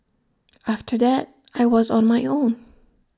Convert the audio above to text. after that I was on my own